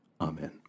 Amen